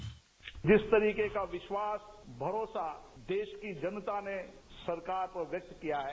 bite जिस तरीके का विश्वास भरोसा देश की जनता ने सरकार पर व्यक्त किया है